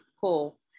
cool